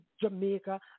Jamaica